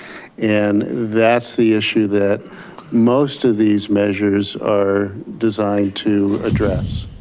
and that's the issue that most of these measures are designed to address.